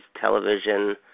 television